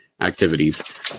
activities